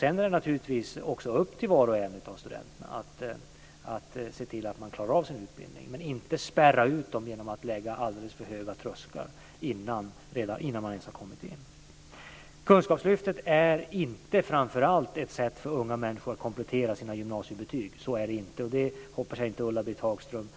Det är naturligtvis också upp till var och en av studenterna att klara sin utbildning, men man ska inte spärra ut dem genom att sätta upp alldeles för höga trösklar innan de ens har kommit in. Kunskapslyftet är inte framför allt ett sätt för unga människor att komplettera sina gymnasiebetyg. Jag hoppas att inte heller Ulla-Britt Hagström